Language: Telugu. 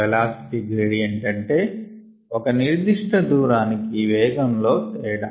వెలాసిటీ గ్రేడియంట్ అంటే ఒక నిర్దిష్ట దూరానికి వేగంలో తేడా